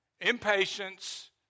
Impatience